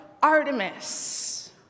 Artemis